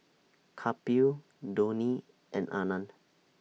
Kapil Dhoni and Anand